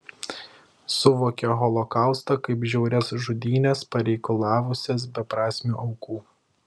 suvokia holokaustą kaip žiaurias žudynes pareikalavusias beprasmių aukų